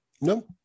No